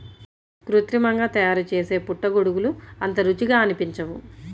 కృత్రిమంగా తయారుచేసే పుట్టగొడుగులు అంత రుచిగా అనిపించవు